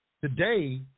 today